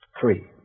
Three